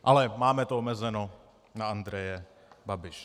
Ale máme to omezeno na Andreje Babiše.